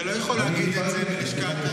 אתה לא יכול להגיד את זה, סליחה.